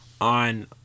on